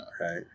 right